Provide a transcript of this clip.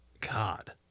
God